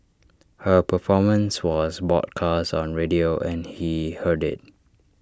her performance was broadcast on radio and he heard IT